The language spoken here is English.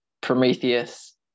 Prometheus